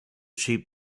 sheep